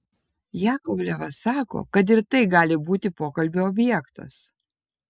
jakovlevas sako kad ir tai gali būti pokalbio objektas